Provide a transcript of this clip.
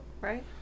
Right